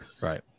Right